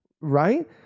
Right